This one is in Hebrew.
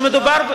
שמדובר,